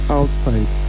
outside